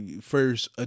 first